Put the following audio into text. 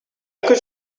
could